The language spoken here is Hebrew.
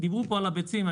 דיברו פה על הביצים.